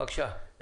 בבקשה.